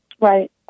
Right